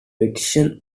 petition